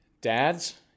dads